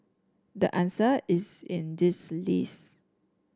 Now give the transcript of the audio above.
the answer is in this list